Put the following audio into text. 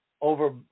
over